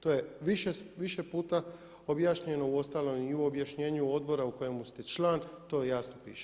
To je više puta objašnjeno u ostalom i u objašnjenju odbora u kojemu ste član to jasno piše.